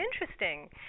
interesting